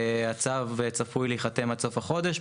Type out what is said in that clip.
הצו צפוי להיחתם עד סוף החודש,